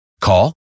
Call